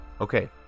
Okay